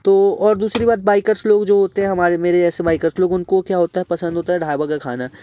तो और दूसरी बात बाइकर्ज़ लोग जो होते हैं हमारे मेरे जैसे बाइकर्ज़ लोग उनको क्या होता है पसंद होता है ढाबा का खाना